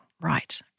Right